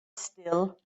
still